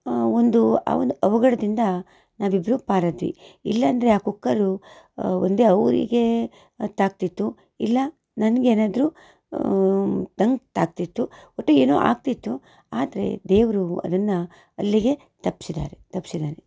ಒಂದು ಆ ಒಂದು ಅವಘಡ್ದಿಂದ ನಾವಿಬ್ಬರೂ ಪಾರಾದ್ವಿ ಇಲ್ಲಾಂದರೆ ಆ ಕುಕ್ಕರು ಒಂದೇ ಅವರಿಗೆ ತಾಗ್ತಿತ್ತು ಇಲ್ಲ ನನ್ಗೆ ಏನಾದ್ರೂ ನಂಗ್ ತಾಗ್ತಿತ್ತು ಒಟ್ಟು ಏನೋ ಆಗ್ತಿತ್ತು ಆದರೆ ದೇವರು ಅದನ್ನು ಅಲ್ಲಿಗೇ ತಪ್ಸಿದ್ದಾರೆ ತಪ್ಸಿದ್ದಾನೆ